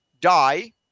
die